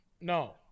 No